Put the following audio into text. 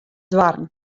doarren